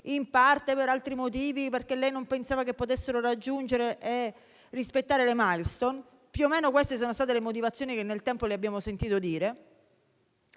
in parte per altri motivi, perché non pensava che potessero raggiungere e rispettare le *milestone.* Più o meno queste sono state le motivazioni che nel tempo le abbiamo sentito dire.